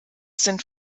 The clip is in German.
sind